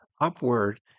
upward